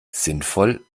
sinnvoll